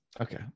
okay